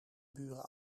buren